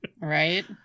right